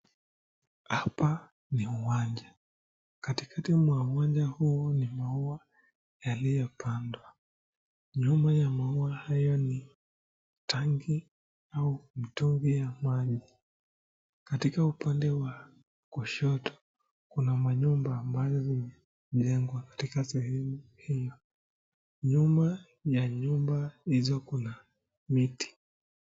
Hapa ni uwanya, kati kati huo wa uwanja huu ni mauwa yaliyo pandwa, nyuma ya maua hayo ni tangi au mitungi ya maji, katika upande wa kushoto kuna manyumba ambazo zijengwa. Katika sehemu hii nyuma ya nyumba hizo kuna miti.